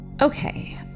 Okay